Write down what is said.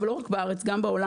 ולא רק בארץ גם בעולם,